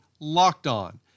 LOCKEDON